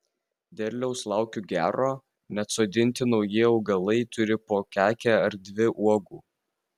derliaus laukiu gero net sodinti nauji augalai turi po kekę ar dvi uogų